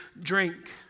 drink